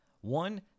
one